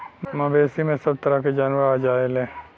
मवेसी में सभ तरह के जानवर आ जायेले